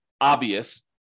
obvious